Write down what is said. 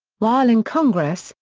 while in congress,